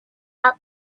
out